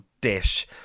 dish